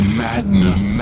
madness